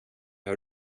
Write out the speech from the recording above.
har